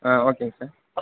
ஆ ஓகேங்க சார்